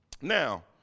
Now